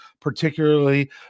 particularly